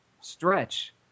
stretch